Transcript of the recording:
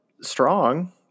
strong